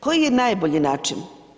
Koji je najbolji način?